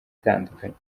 itandukanye